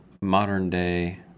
modern-day